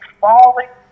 falling